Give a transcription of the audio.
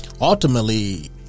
ultimately